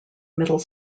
middle